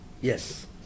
Yes